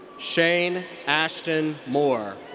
shane ashton moore.